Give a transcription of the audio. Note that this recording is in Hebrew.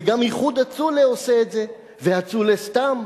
וגם "איחוד הצלה" עושה את זה, ו"הצלה" סתם.